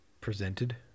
presented